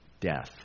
death